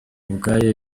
ubwayo